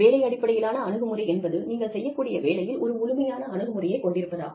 வேலை அடிப்படையிலான அணுகுமுறை என்பது நீங்கள் செய்யக் கூடிய வேலையில் ஒரு முழுமையான அணுகுமுறையை கொண்டிருப்பதாகும்